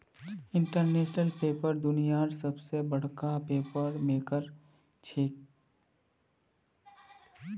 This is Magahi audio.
इंटरनेशनल पेपर दुनियार सबस बडका पेपर मेकर छिके